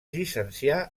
llicencià